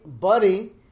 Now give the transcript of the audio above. Buddy